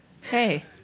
hey